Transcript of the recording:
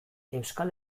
euskal